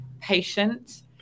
patient